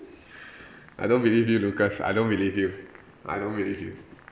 I don't believe you lucas I don't believe you I don't believe you